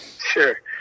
Sure